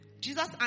Jesus